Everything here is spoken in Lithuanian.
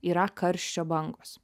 yra karščio bangos